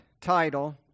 title